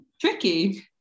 tricky